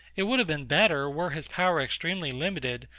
it would have been better, were his power extremely limited,